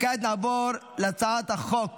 וכעת נעבור להצעת חוק